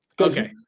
Okay